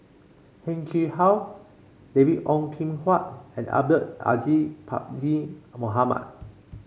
Heng Chee How David Ong Kim Huat and Abdul Aziz Pakkeer Mohamed